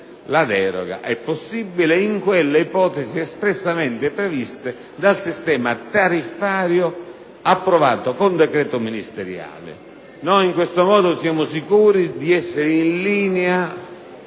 la deroga è possibile, ovviamente in quelle ipotesi espressamente previste dal sistema tariffario approvato con decreto ministeriale. In questo modo siamo sicuri di essere in linea